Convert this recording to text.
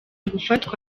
gufatwa